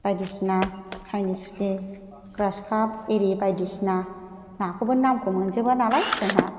बायदिसिना साइनिस पुथि ग्रास काप इरि बायदिसिना नाखौबो नामखौ मोनजोबा नालाय जोंहा